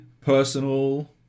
personal